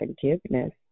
forgiveness